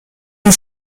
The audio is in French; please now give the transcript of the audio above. est